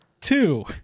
two